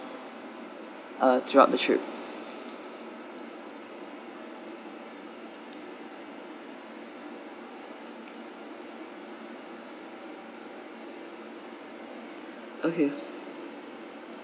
uh through out the trip okay